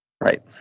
Right